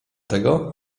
tego